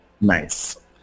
Nice